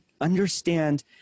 understand